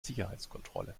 sicherheitskontrolle